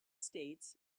states